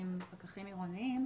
פקחים עירוניים,